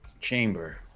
chamber